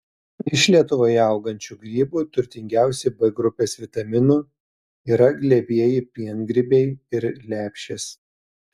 iš lietuvoje augančių grybų turtingiausi b grupės vitaminų yra glebieji piengrybiai ir lepšės